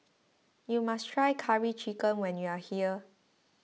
you must try Curry Chicken when you are here